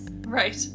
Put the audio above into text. Right